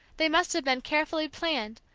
they must have been carefully planned,